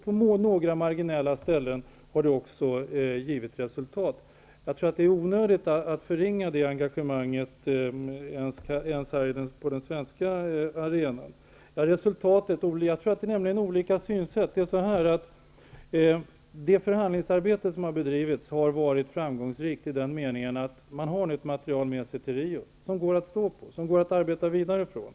På några marginella punkter har det också givit resultat. Det är onödigt att förringa det engagemanget på den svenska arenan. Man har nog olika synsätt. Det förhandlingsarbete som har bedrivits har varit framgångsrikt så till vida att man nu kommer att ha ett material med sig till Rio som det går att arbeta vidare utifrån.